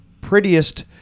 prettiest